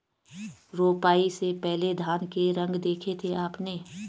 रोपाई से पहले धान के रंग देखे थे आपने?